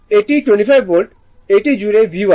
এটি 25 ভোল্ট এটি জুড়ে V1